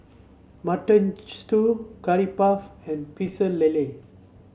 Mutton Stew Curry Puff and Pecel Lele